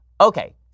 Okay